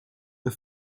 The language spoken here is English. the